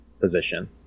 position